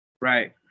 Right